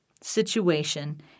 situation